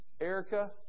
Erica